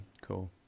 cool